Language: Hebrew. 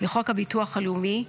לחוק הביטוח הלאומי,